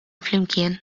flimkien